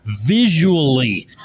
visually